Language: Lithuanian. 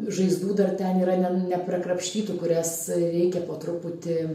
žaizdų dar ten yra ne neprakrapštytų kurias reikia po truputį